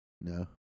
No